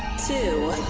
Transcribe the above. two,